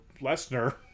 Lesnar